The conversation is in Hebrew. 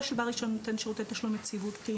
של בעל רישיון נותן שירותי תשלום יציבותי,